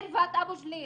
מרבת אבו ג'ליל,